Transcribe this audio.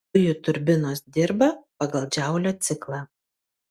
dujų turbinos dirba pagal džaulio ciklą